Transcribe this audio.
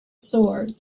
sword